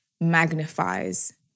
magnifies